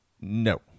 no